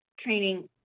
training